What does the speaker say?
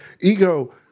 ego